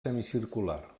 semicircular